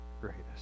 greatest